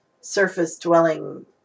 surface-dwelling